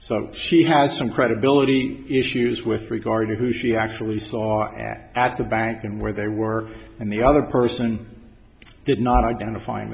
so she had some credibility issues with regard to who she actually saw at at the bank and where they were and the other person did not identifying